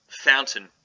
fountain